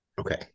Okay